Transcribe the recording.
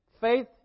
faith